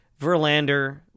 Verlander